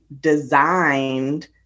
designed